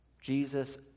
Jesus